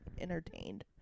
entertained